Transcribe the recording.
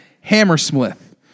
Hammersmith